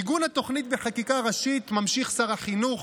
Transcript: עיגון התוכנית בחקיקה ראשית, ממשיך שר החינוך,